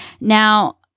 Now